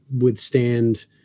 withstand